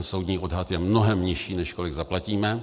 Soudní odhad je mnohem nižší, než kolik zaplatíme.